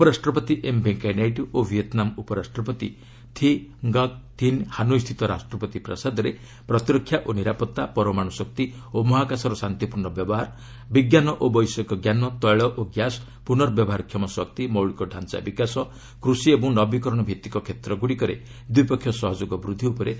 ଉପରାଷ୍ଟ୍ରପତି ଏମ୍ ଭେଙ୍କୟା ନାଇଡ଼ୁ ଓ ଭିଏତନାମ ଉପରାଷ୍ଟ୍ରପତି ଥି ଙ୍ଗକ୍ ଥିନ୍ ହାନୋଇ ସ୍ଥିତ ରାଷ୍ଟ୍ରପତି ପ୍ରାସାଦରେ ପ୍ରତିରକ୍ଷା ଓ ନିରାପତ୍ତା ପରମାଣୁ ଶକ୍ତି ଓ ମହାକାଶର ଶାନ୍ତିପୂର୍ଣ୍ଣ ବ୍ୟବହାର ବିଜ୍ଞାନ ଓ ବୈଷୟିକଜ୍ଞାନ ତେିଳ ଓ ଗ୍ୟାସ ପୁର୍ନବ୍ୟବହାରକ୍ଷମ ଶକ୍ତି ମୌଳିକ ଢାଞ୍ଚା ବିକାଶ କୃଷି ଏବଂ ନବିକରଣଭିଭିକ କ୍ଷେତ୍ରଗୁଡ଼ିକରେ ଦ୍ୱିପକ୍ଷିୟ ସହଯୋଗ ବୃଦ୍ଧି ଉପରେ ଆଲୋଚନା କରିଛନ୍ତି